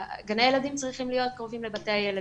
גני הילדים צריכים להיות קרובים לבתי הילדים.